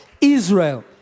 Israel